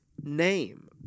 Name